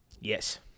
Yes